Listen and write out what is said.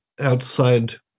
outside